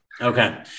Okay